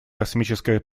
космическое